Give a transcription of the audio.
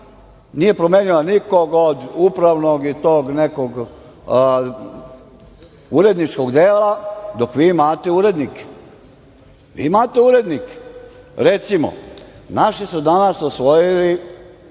nije promenila nikog od upravnog i tog nekog uredničkog dela, dok vi imate urednike. Recimo, naši su danas osvojili